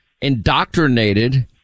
indoctrinated